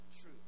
true